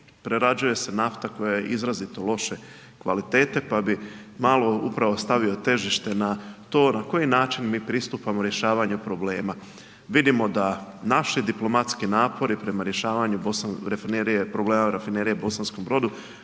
prerađuje se nafta koja je izrazito loše kvalitete pa bih malo upravo stavio težište na to na koji način mi pristupamo rješavanju problema. Vidimo da naši diplomatski napori prema rješavanju rafinerije, problema rafinerije u Bosanskom Brodu